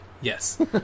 Yes